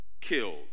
killed